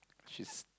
she's